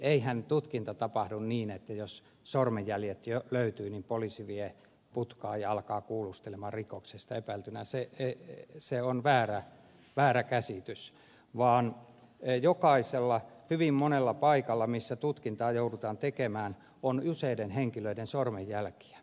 eihän tutkinta tapahdu niin että jos sormenjäljet löytyvät niin poliisi vie putkaan ja alkaa kuulustella rikoksesta epäiltynä se on väärä käsitys vaan hyvin monella paikalla missä tutkintaa joudutaan tekemään on useiden henkilöiden sormenjälkiä